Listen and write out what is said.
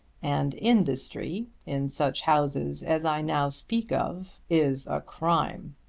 and industry in such houses as i now speak of is a crime.